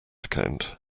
account